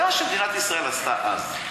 זה מה שמדינת ישראל עשתה אז.